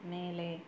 மேலே